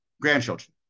grandchildren